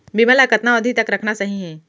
बीमा ल कतना अवधि तक रखना सही हे?